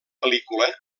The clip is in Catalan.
pel·lícula